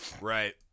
Right